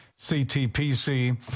CTPC